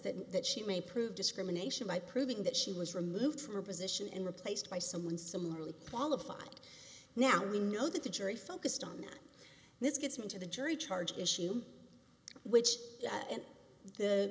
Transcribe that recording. that that she may prove discrimination by proving that she was removed from her position and replaced by someone similarly qualified now we know that the jury focused on that this gets into the jury charge issue which